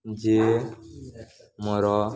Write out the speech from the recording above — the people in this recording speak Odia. ଯେ ମୋର